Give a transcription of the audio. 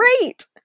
great